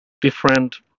different